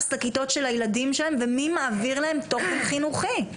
לכיתות של הילדים שלהם ומי מעביר להם תוכן חינוכי.